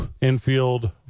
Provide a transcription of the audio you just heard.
Infield